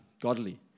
godly